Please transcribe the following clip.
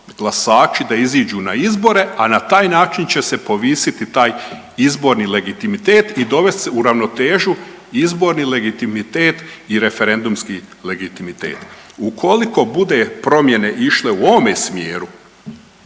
glasači da iziđu na izbore, a na taj način će se povisi taj izborni legitimitet i dovesti se u ravnotežu izborni legitimitet i referendumski legitimitet. Ukoliko bude promjene išle u ovome smjeru